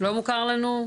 לא מוכר לנו?